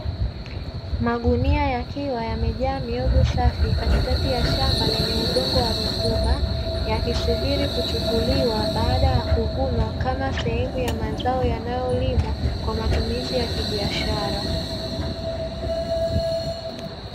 Magunia yakiwa yamejaa mihogo safi katikati ya shamba lenye udongo wa rutuba, yakisubiri kuchukuliwa baada ya kuvunwa kama sehemu ya mazao yanayolimwa kwa matumizi ya kibiashara.